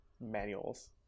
manuals